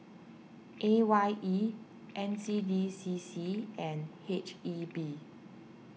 A Y E N C D C C and H E B